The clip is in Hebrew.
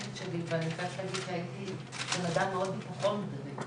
אלפי נשים כבר היום אין לנו מספיק רדיולוגים